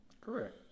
Correct